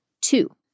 two